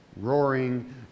Roaring